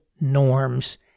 norms